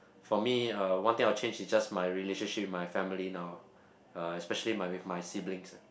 for me uh one thing I will change is just my relationship with my family now uh especially my with my siblings ah